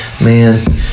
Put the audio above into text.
man